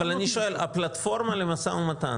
אבל אני שאול: הפלטפורמה למשא ומתן,